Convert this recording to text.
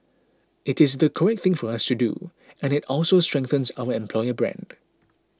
it is the correct thing for us to do and it also strengthens our employer brand